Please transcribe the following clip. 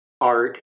art